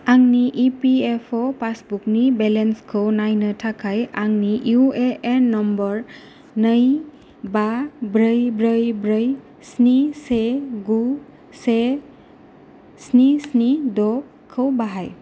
आंनि E P F अ पासबुकनि बेलेन्सखौ नायनो थाखाय आंनि इउ ए एन नाम्बार नै बा ब्रै ब्रै ब्रै स्नि से गु से स्नि स्नि द'खौ बाहाय